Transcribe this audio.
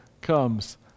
comes